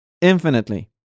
infinitely